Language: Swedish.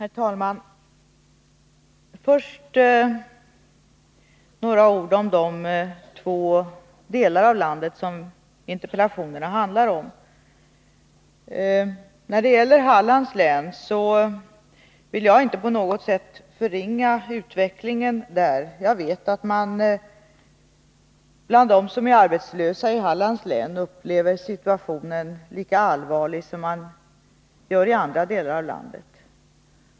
Herr talman! Först några ord om de två delar av landet som interpellationerna handlar om. När det gäller Hallands län vill jag inte på något sätt förringa utvecklingen där. Jag vet att man bland dem som är arbetslösa i Hallands län upplever situationen lika allvarligt som man gör i andra delar av landet.